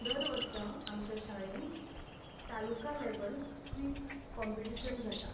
दर वर्सां आमचें शाळेंत तालुका लॅवल क्विंझ कोंपिंटीशन जाता